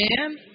Amen